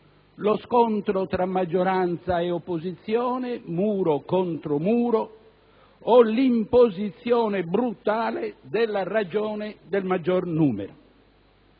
lo scontro tra maggioranza e opposizione, muro contro muro, o l'imposizione brutale della ragione del maggior numero.